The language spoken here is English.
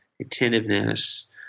attentiveness